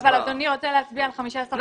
אבל אדוני רוצה להצביע על 15 אחוזים.